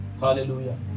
Hallelujah